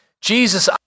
Jesus